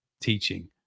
teaching